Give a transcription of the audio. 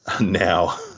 now